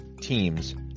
teams